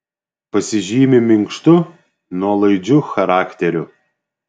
pasižymi minkštu nuolaidžiu charakteriu